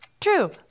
True